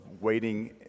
waiting